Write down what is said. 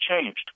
changed